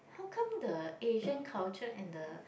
how come the Asian culture and the